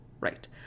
right